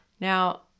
Now